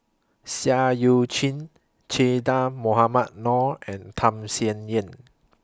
Seah EU Chin Che Dah Mohamed Noor and Tham Sien Yen